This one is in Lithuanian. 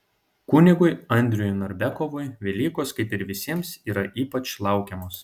kunigui andriui narbekovui velykos kaip ir visiems yra ypač laukiamos